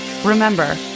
Remember